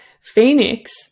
Phoenix